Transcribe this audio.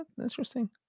Interesting